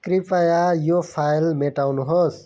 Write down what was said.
कृपया यो फाइल मेटाउनुहोस्